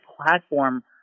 platform